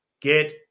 get